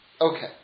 Okay